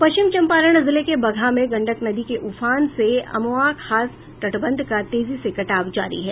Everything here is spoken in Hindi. पश्चिम चंपारण जिले के बगहा में गंडक नदी के उफान से अमवा खास तटबंध का तेजी से कटाव जारी है